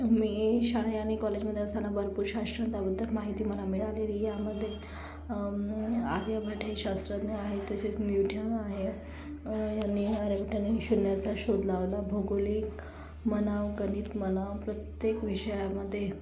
मी शाळे आणि कॉलेजमधे असताना भरपूर शास्त्रज्ञांबद्दल माहिती मला मिळालेली यामध्ये आर्यभट हे शास्त्रज्ञ आहे तसेच न्यूटन आहे यांनी आर्यभट्टांनी शून्याचा शोध लावला भौगोलिक म्हणा गणित म्हणा प्रत्येक विषयामधे